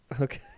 Okay